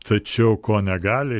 tačiau ko negali